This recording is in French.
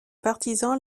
partisans